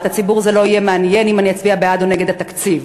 את הציבור זה לא מעניין אם אני אצביע בעד או נגד התקציב.